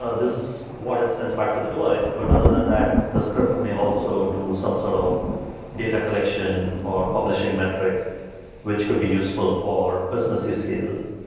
ah this is what it sends back to the device, but other than that the script may also do some sort of data collection or publishing metrics which could be useful for business use cases.